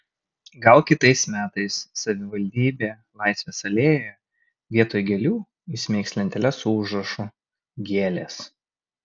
gal kitais metais savivaldybė laisvės alėjoje vietoj gėlių įsmeigs lenteles su užrašu gėlės